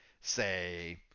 say